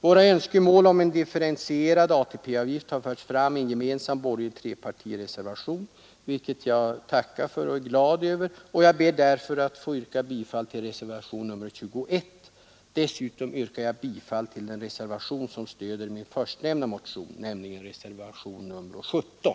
Våra önskemål om differentierade ATP-avgifter har förts fram i en gemensam borgerlig trepartireservation, vilket jag tackar för och är glad över. Jag ber därför att få yrka bifall till reservationen 21. Dessutom yrkar jag bifall till den reservation som stöder min förstnämnda motion, nämligen reservationen 17.